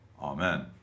Amen